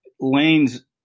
Lane's